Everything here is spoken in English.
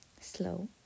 Slow